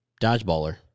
dodgeballer